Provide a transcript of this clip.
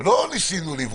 אם נרצה להיכנס לנקודות הללו,